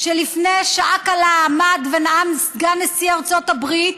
שלפני שעה קלה עמד עליו ונאם סגן נשיא ארצות הברית